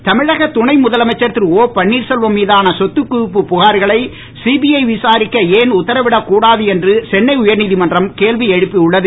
OPS தமிழக துணை முதலமைச்சர் திரு ஓ பன்வீர்செல்வம் மீதான சொத்து குவிப்பு புகார்களை சிபிஐ விசாரிக்க ஏன் உத்தரவிடக் கூடாது என்று சென்னை உயர் நீதிமன்றம் கேள்வி எழுப்பி உள்ளது